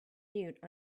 mute